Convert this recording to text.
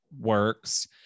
works